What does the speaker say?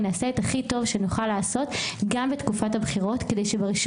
ונעשה הכי טוב שנוכל גם בתקופת הבחירות כדי שב-1